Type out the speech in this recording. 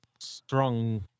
Strong